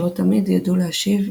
שלא תמיד ידעו להשיב,